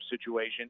situation